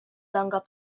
longer